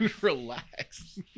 relax